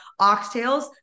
oxtails